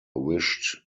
wished